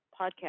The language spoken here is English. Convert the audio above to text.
podcast